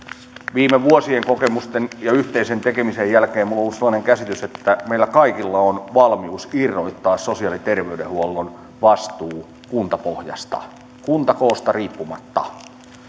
viime vuosien kokemusten ja yhteisen tekemisen jälkeen minulla on ollut sellainen käsitys että meillä kaikilla on valmius irrottaa sosiaali ja terveydenhuollon vastuu kuntapohjasta kuntakoosta riippumatta